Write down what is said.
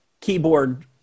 keyboard